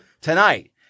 tonight